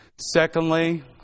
Secondly